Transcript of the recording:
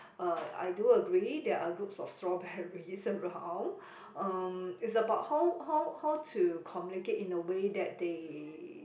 uh I do agree there are group of strawberries around um it's about how how how to communicate in the way that they